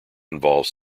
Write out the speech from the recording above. involves